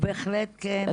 בהחלט כן --- כן,